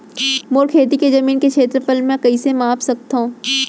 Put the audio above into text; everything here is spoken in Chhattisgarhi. मोर खेती के जमीन के क्षेत्रफल मैं कइसे माप सकत हो?